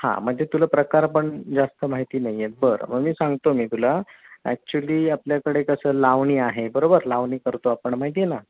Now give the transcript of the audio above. हां म्हणजे तुला प्रकार पण जास्त माहिती नाही आहेत बरं मग मी सांगतो मी तुला ॲक्च्युली आपल्याकडे कसं लावणी आहे बरोबर लावणी करतो आपण माहिती आहे ना